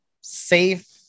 safe